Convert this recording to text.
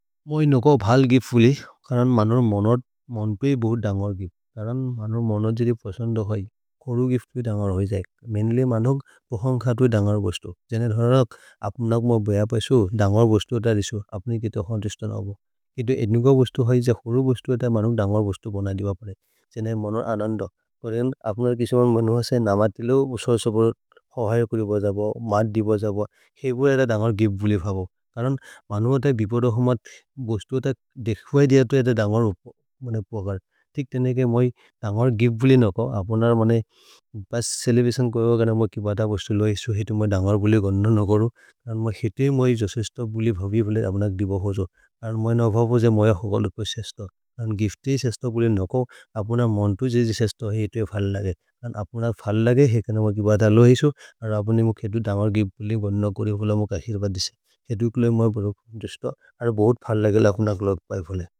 मोइ नोको भल् गिफ्त् फुले करन् मनोर् मोनोद् मन् प्रए बहुत् दन्गर् गिफ्त्। करन् मनोर् मोनोद् जेरे प्रसन्द है, खोरु गिफ्त् फुले दन्गर् होइ जये। मेन्ले मनोग् पहन्ग् खत्वे दन्गर् बोस्तो। जेनेर् हरक् अपुनक् मोर् बय पएसो, दन्गर् बोस्तो अत रिसो। अप्नि कितखोन् त्रिस्तन् अबो। कितो एद्नुक बोस्तो होइ जे, खोरु बोस्तो अत मनोग् दन्गर् बोस्तो पोन दिव परे। जेनेर् मनोर् अनन्द। करेन् अपुनर् किसमोन् मनुह से नम तिलो, सर्सपर्, अहयक् लिब जब, मत् दिब जब। हेबु ऐत दन्गर् गिफ्त् फुले फबो। करन् मनुह तै बिपोर होम, बोस्तो अत देख्वय् दियतो ऐत दन्गर् फोबर्। तिक्तेनेक् है मोइ दन्गर् गिफ्त् फुले नोको। अपुनर् मने पस् चेलेब्रतिओन् कोइहो गन, मोइ कि बत बोस्तो लोहे इसु। हितु मोइ दन्गर् फुले गन्ध नकरो। नन् मोइ हितु हि मोइ, जोसे इस्त फुले भभि फुले अबुनक् दिब होजो। करन् मोइ न भबो जे, मोय होगल् उपस् सेस्त। नन् गिफ्त् हि सेस्त फुले नोको, अपुनर् मन्तु जे सेस्त है, हितु है फल् लगे। नन् अपुनर् फल् लगे, हेकन मोइ कि बत लोहे इसु। अर् अबुनि मोइ हितु दन्गर् गिफ्त् फुले बन्न कोरि फुल, मो क खिर्ब दिसि। हेतु हि कुले मोइ भोज् फुले। अर् भोज् फल् लगे, लकुनक् फुले फुले।